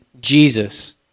Jesus